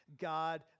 God